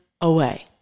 away